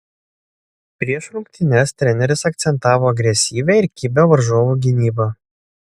prieš rungtynes treneris akcentavo agresyvią ir kibią varžovų gynybą